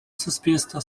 суспільства